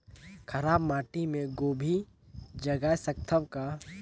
खराब माटी मे गोभी जगाय सकथव का?